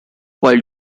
while